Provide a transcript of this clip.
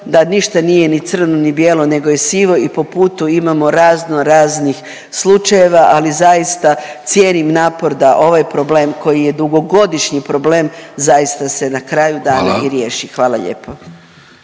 da ništa nije ni crno ni bijelo nego je sivo i po putu imamo razno raznih slučajeva, ali zaista cijenim napor da ovaj problem koji je dugogodišnji problem zaista se na kraju dana i riješi…/Upadica